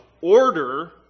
order